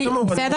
בסדר.